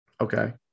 Okay